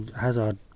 Hazard